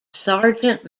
sergeant